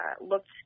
looked